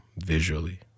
visually